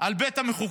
על בית המחוקקים,